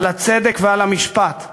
על הצדק ועל המשפט.